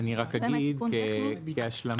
אני רק אגיד כהשלמה.